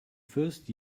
first